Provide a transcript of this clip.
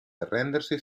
arrendersi